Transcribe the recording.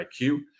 IQ